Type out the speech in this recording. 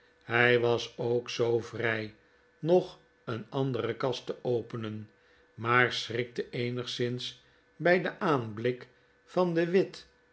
hij was ook zoo vrij nog een andere kast te openen maar schrikte eenigszins bij den aanblik van de wit